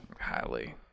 Highly